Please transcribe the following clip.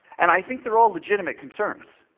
and i think they're all legitimate concerns.